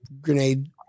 grenade